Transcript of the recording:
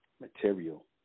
material